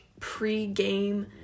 pregame